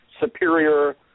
superior